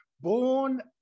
born